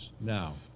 now